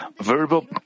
verbal